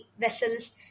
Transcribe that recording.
vessels